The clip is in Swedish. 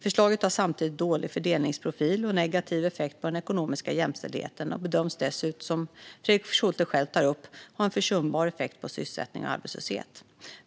Förslaget har samtidigt dålig fördelningsprofil och negativ effekt på den ekonomiska jämställdheten och bedöms dessutom, som Fredrik Schulte själv tar upp, ha en försumbar effekt på sysselsättning och arbetslöshet.